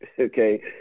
okay